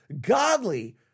godly